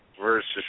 versus